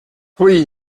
oui